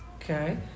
okay